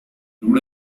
nombre